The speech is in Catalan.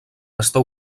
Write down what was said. està